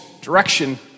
direction